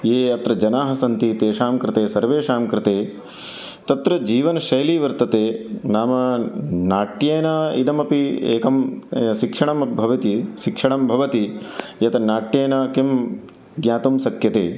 ये अत्र जनाः सन्ति तेषां कृते सर्वेषां कृते तत्र जीवनशैली वर्तते नाम नाट्येन इदमपि एकं शिक्षणं भवति शिक्षणं भवति यत् नाट्येन किं ज्ञातुं शक्यते